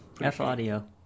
F-Audio